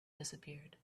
disappeared